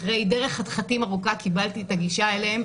אחרי דרך חתחתים ארוכה קיבלתי את הגישה אליהם,